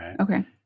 Okay